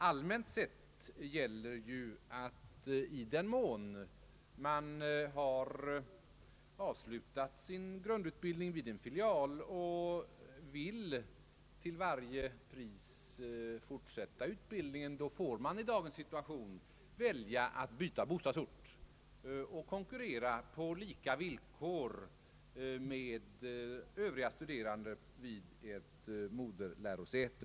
Allmänt sett gäller ju att i den mån man har avslutat sin grundutbildning vid en filial och vill fortsätta sin utbildning, får man i dagens situation välja att byta bostadsort och konkurrera på lika villkor med övriga studerande vid ett moderlärosäte.